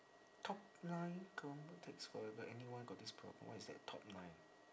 top nine takes forever anyone got this problem why is there top nine